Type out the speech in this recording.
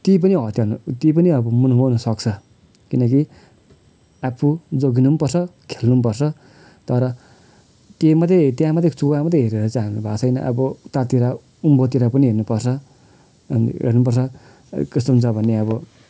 त्यही पनि हत्या हुनु त्यही पनि अब मर्नु मर्नुसक्छ किनकि आफू जोग्गिनु पनि पर्छ खेल्नु पनि पर्छ तर त्यहीँ मात्रै त्यहाँ मात्रै चुवामात्रै हेरेर चाहिँ हाम्रो भएको छैन अब उतातिर उँभोतिर पनि हेर्नुपर्छ हेर्नुपर्छ कस्तो हुन्छ भने अब